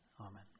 Amen